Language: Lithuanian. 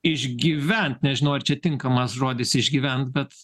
išgyvent nežinau ar čia tinkamas žodis išgyvent bet